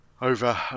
Over